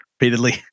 repeatedly